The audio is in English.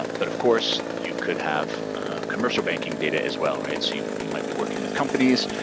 ah but of course you could have commercial banking data as well, right, so you might be working with companies.